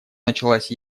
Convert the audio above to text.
началась